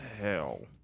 hell